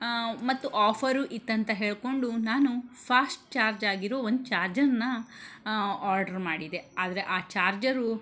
ಮತ್ತು ಆಫರೂ ಇತ್ತು ಅಂತ ಹೇಳಿಕೊಂಡು ನಾನು ಫಾಸ್ಟ್ ಚಾರ್ಜ್ ಆಗಿರೋ ಒಂದು ಚಾರ್ಜರ್ನ ಆರ್ಡ್ರು ಮಾಡಿದೆ ಆದರೆ ಆ ಚಾರ್ಜರೂ